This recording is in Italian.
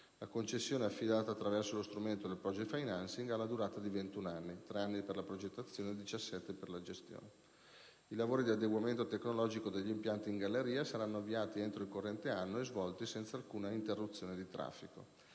La concessione, affidata attraverso lo strumento del *project financing* ed ha una durata di 21 anni (3 anni per la progettazione e 17 anni di gestione). I lavori di adeguamento tecnologico degli impianti in galleria saranno avviati entro il corrente anno e svolti senza alcuna interruzione di traffico.